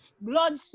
blood